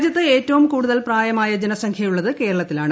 രാജ്യത്ത് ഏറ്റവും കൂടുതൽ പ്രായമായ ജനസംഖ്യയുള്ളത് കേരളത്തിലാണ്